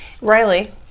riley